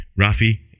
Rafi